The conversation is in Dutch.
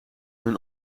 een